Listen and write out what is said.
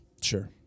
sure